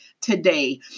today